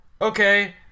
Okay